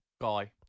Guy